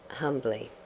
humbly.